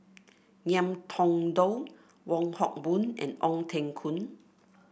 Ngiam Tong Dow Wong Hock Boon and Ong Teng Koon